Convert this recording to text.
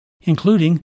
including